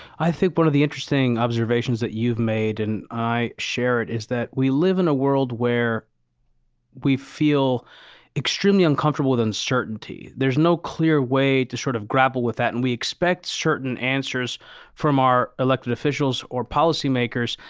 i think one of the interesting observations that you've made and i share it, is that we live in a world where we feel extremely uncomfortable with uncertainty. there's no clear way to sort of grapple with that and we expect certain answers from our elected officials or policy makers.